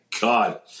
God